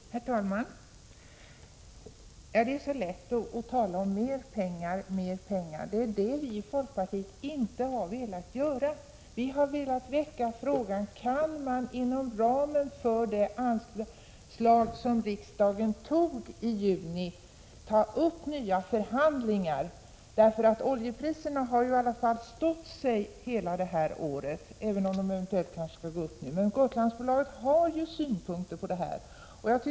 Herr talman! Det är så lätt att tala om mer och mer pengar. Det är vad vi i folkpartiet inte har velat göra. Vi har velat väcka frågan: Kan man inom ramen för de anslag som riksdagen beslutade om i juni ta upp nya förhandlingar? Oljepriserna har i alla fall stått sig hela det här året, även om de väntas gå upp nu. Gotlandsbolaget har synpunkter i detta sammanhang.